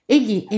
Egli